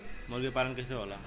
मुर्गी पालन कैसे होला?